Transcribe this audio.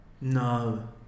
No